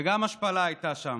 וגם השפלה הייתה שם.